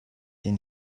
den